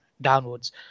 downwards